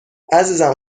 عزیزم